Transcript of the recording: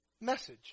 message